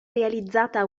realizzata